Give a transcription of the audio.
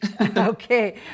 Okay